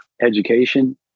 education